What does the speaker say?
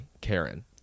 Karen